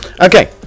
Okay